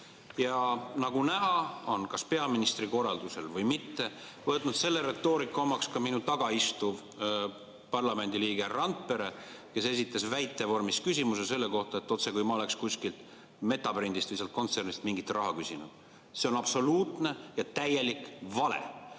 Ja nagu näha, on kas peaministri korraldusel või mitte, võtnud selle retoorika omaks ka minu taga istuv parlamendiliige Randpere, kes esitas väite vormis küsimuse selle kohta, otsekui ma oleksin kuskilt Metaprindist või sealt kontsernist mingit raha küsinud. See on absoluutne ja täielik vale!